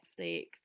netflix